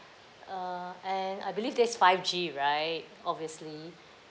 uh and I believe that's five G right obviously